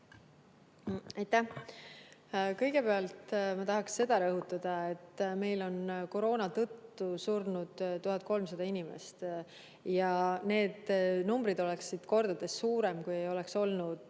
Aitäh! Kõigepealt ma tahan rõhutada, et meil on koroona tõttu surnud 1300 inimest. Ja need numbrid oleksid kordades suuremad, kui ei oleks olnud